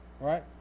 right